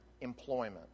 employment